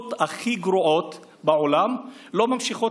הדיקטטורות הכי גרועות בעולם לא ממשיכות